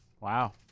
Wow